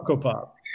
Pop